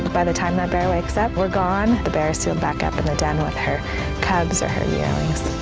by the time that bear wakes up we're gone the bear's sealed back up in the den with her cubs or her yearlings.